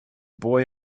boy